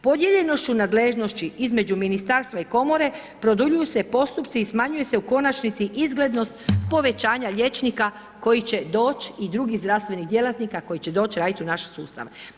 Podijeljenošću nadležnosti između Ministarstva i Komore produljuju se postupci i smanjuje se u konačnici izglednost povećanja liječnika koji će doći i drugih zdravstvenih djelatnika koji će doći raditi u naš sustav.